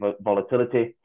volatility